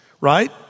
right